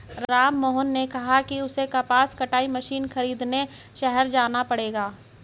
राममोहन ने कहा कि उसे कपास कटाई मशीन खरीदने शहर जाना पड़ेगा